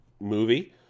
movie